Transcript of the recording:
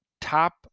top